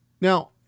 Now